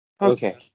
Okay